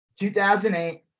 2008